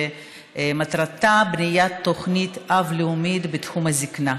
שמטרתה בניית תוכנית-אב לאומית בתחום הזקנה.